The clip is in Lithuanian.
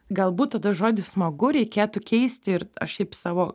galbūt tada žodį smagu reikėtų keisti ir aš šiaip savo